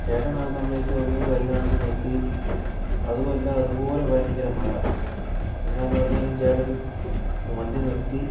ചേട്ടനാസമയത്തു വന്ന് കൈകാണിച്ചു നിർത്തി അതുമല്ല അതുപോലെ ഭയങ്കര മഴ എന്നാന്ന് പറഞ്ഞാലും ചേട്ടൻ വണ്ടി നിർത്തി